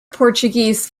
portuguese